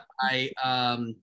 I-